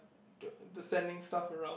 the the sending stuff around